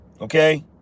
okay